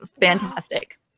Fantastic